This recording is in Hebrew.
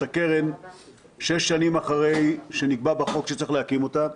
הקרן שש שנים אחרי שנקבע בחוק שצריך להקים אותה.